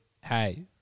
Hey